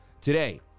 Today